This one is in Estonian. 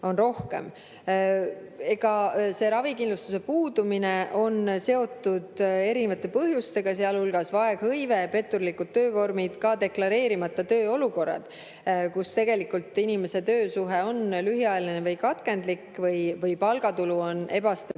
Ravikindlustuse puudumine on seotud erinevate põhjustega, sealhulgas vaeghõive, petturlikud töövormid, ka deklareerimata tööolukorrad, kus tegelikult inimese töösuhe on lühiajaline või katkendlik või palgatulu on ebastabiilne